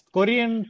Korean